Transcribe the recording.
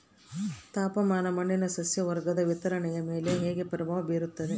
ತಾಪಮಾನ ಮಣ್ಣಿನ ಸಸ್ಯವರ್ಗದ ವಿತರಣೆಯ ಮೇಲೆ ಹೇಗೆ ಪ್ರಭಾವ ಬೇರುತ್ತದೆ?